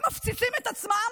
הם מפציצים את עצמם,